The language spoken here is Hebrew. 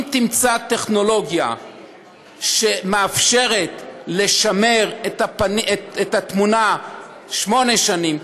אם תמצא טכנולוגיה שמאפשרת לשמר את התמונה שמונה שנים,